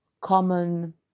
common